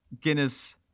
Guinness